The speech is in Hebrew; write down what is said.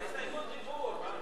זו הסתייגות דיבור.